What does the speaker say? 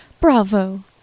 Bravo